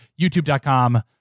YouTube.com